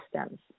systems